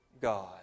God